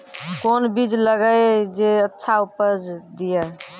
कोंन बीज लगैय जे अच्छा उपज दिये?